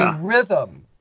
rhythm